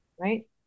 right